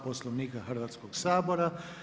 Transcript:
Poslovnika Hrvatskog sabora.